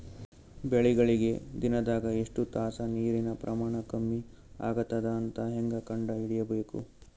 ಬೆಳಿಗಳಿಗೆ ದಿನದಾಗ ಎಷ್ಟು ತಾಸ ನೀರಿನ ಪ್ರಮಾಣ ಕಮ್ಮಿ ಆಗತದ ಅಂತ ಹೇಂಗ ಕಂಡ ಹಿಡಿಯಬೇಕು?